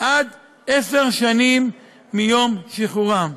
עד עשר שנים מיום שחרורם.